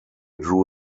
drew